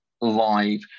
live